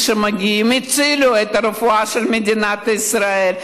שהגיעו הצילו את הרפואה של מדינת ישראל.